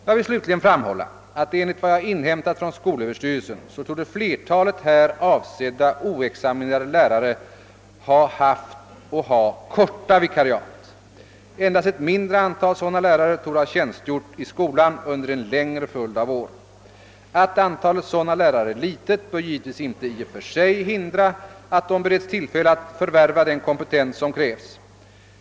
Jag vill slutligen framhålla att enligt vad jag inhämtat från skolöverstyrelsen torde flertalet här avsedda oexaminerade lärare ha haft och ha korta vikariat. Endast ett mindre antal sådana lärare torde ha tjänstgjort i skolan under en längre följd av år. Att antalet sådana lärare är litet bör givetvis inte i och för sig hindra att de bereds tillfälle att förvärva den kompetens som krävs.